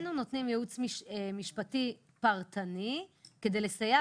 איננו נותנים ייעוץ משפטי פרטני כדי לסייע